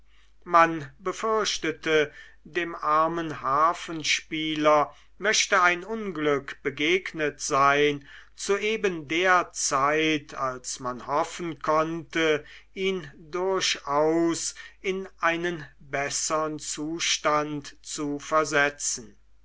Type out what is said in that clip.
man befürchtete dem armen harfenspieler möchte ein unglück begegnet sein zu eben der zeit als man hoffen konnte ihn durchaus in einen bessern zustand zu versetzen